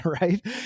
right